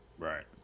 Right